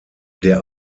der